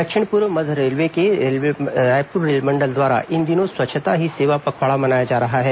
दक्षिण पूर्व मध्य रेलवे के रायपुर रेलमंडल द्वारा इन दिनों स्वच्छता ही सेवा पखवाड़ा मनाया जा रहा है